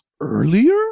earlier